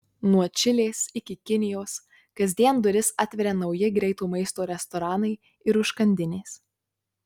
nuo čilės iki kinijos kasdien duris atveria nauji greito maisto restoranai ir užkandinės